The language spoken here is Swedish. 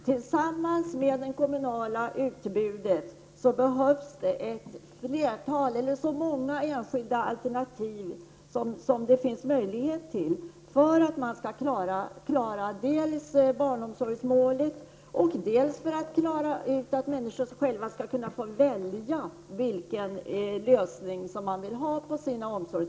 Vid sidan av det kommunala utbudet behövs det så många enskilda alternativ som möjligt för att vi skail klara dels att uppnå barnomsorgsmålet, dels att ge människor möjlighet att själva välja barnomsorg.